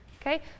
Okay